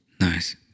Nice